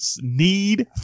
need